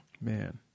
Man